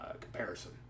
comparison